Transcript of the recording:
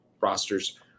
rosters